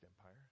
empire